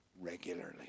regularly